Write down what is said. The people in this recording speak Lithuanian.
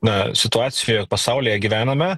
na situacijoj pasaulyje gyvename